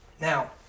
Now